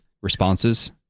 responses